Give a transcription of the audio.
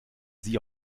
sie